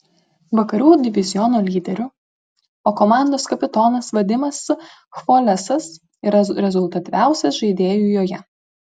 vakarų diviziono lyderiu o komandos kapitonas vadimas chvolesas yra rezultatyviausias žaidėju joje